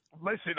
Listen